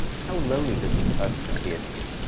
how lonely does this person appear to you?